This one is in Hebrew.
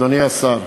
אדוני השר,